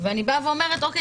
ואני באה ואומרת: אוקי,